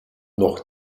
noch